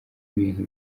ibintu